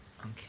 Okay